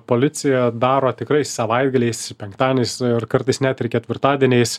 policija daro tikrai savaitgaliais penktadieniais ir kartais net ir ketvirtadieniais